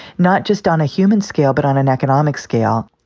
not just on a human scale, but on an economic scale